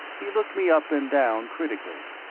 he looked me up and down critically.